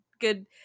good